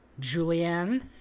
Julianne